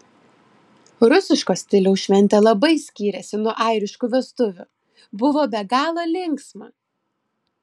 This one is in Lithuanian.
rusiško stiliaus šventė labai skyrėsi nuo airiškų vestuvių buvo be galo linksma